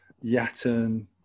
Yatton